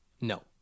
No